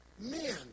Men